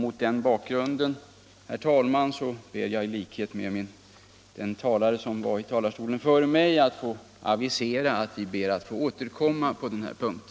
Mot den bakgrunden, herr talman, ber jag få avisera att vi återkommer på den här punkten.